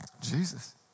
Jesus